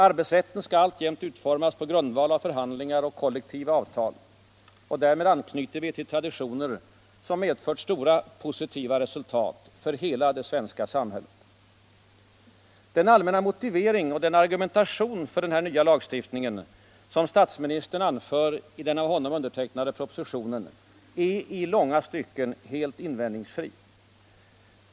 Arbetsrätten skall alltjämt utformas på grundval av förhandlingar och kollektiva avtal. Därmed anknyter vi till traditioner som medfört betydelsefulla positiva resultat för hela det svenska samhället. Den allmänna motivering och den argumentation för den nya arbetsrättslagstiftningen som statsministern anför i den av honom undertecknade propositionen är i långa stycken helt invändningsfri.